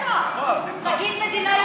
לא הבנתי.